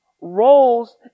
roles